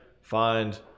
find